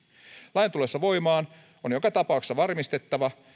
lain tullessa voimaan on joka tapauksessa varmistettava